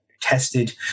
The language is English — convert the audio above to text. tested